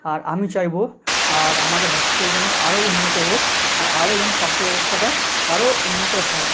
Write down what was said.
আর আমি চাইবো আর আমাদের হসপিটাল যেন আরো উন্নত হোক আর আরো যেন স্বাস্থ্য ব্যবস্থাটা আরো উন্নত হয়